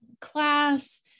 class